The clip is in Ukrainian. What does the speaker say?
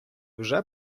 вже